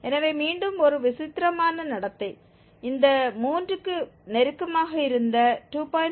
எனவே மீண்டும் ஒரு விசித்திரமான நடத்தை இந்த 3 க்கு நெருக்கமாக இருந்த 2